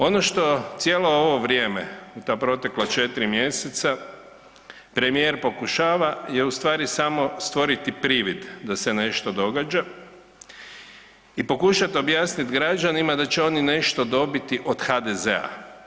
Ono što cijelo ovo vrijeme u ta protekla 4 mjeseca premijer pokušava je ustvari samo stvoriti privid da se nešto događa i pokušat objasniti građanima da će oni nešto dobiti o HDZ-a.